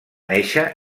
néixer